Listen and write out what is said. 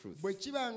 truth